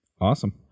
Awesome